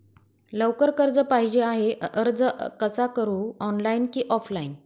लवकर कर्ज पाहिजे आहे अर्ज कसा करु ऑनलाइन कि ऑफलाइन?